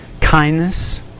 Kindness